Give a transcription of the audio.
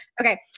Okay